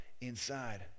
inside